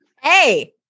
Hey